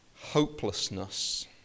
hopelessness